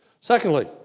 Secondly